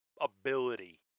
ability